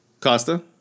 Costa